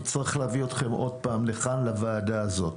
אני אצטרך להביא אתכם עוד פעם לוועדה הזאת